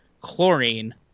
chlorine